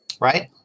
right